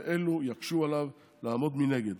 ואלה יקשו עליו לעמוד מנגד.